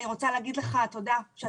אני רוצה להגיד תודה למיכאל על כך שהוא